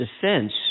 defense